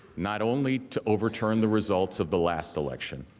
not only to overturn the results of the last election,